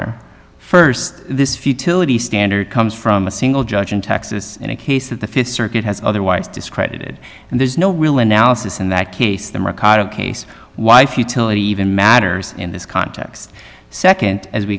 or first this futility standard comes from a single judge in texas in a case that the fifth circuit has otherwise discredited and there's no real analysis in that case the mercato case why futility even matters in this context second as we